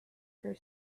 for